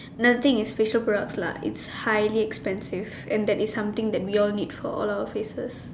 another thing is facial products lah it's highly expensive and that is something we all need for all our faces